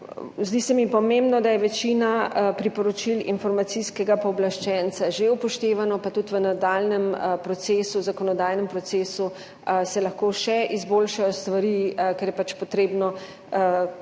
Zdi se mi pomembno, da je večina priporočil informacijskega pooblaščenca že upoštevano, pa tudi v nadaljnjem procesu, v zakonodajnem procesu se lahko še izboljšajo stvari, ker je pač potrebno,